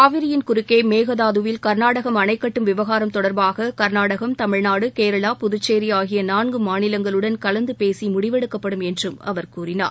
காவிரியின் குறுக்கே மேகதாதுவில் கர்நாடகம் அணை கட்டும் விவகாரம் தொடர்பாக கர்நாடகம் தமிழ்நாடு கேரளா புதுச்சேரி ஆகிய நான்கு மாநிலங்களுடன் கலந்து பேசி முடிவெடுக்கப்படும் என்றும் அவர் கூறினார்